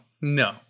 no